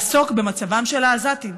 לעסוק במצבם של העזתים.